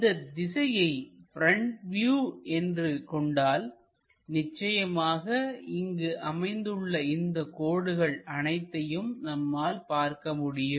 இந்த திசையை front view என்று கொண்டால்நிச்சயமாக இங்கு அமைந்துள்ள இந்தக் கோடுகள் அனைத்தையும் நம்மால் பார்க்க முடியும்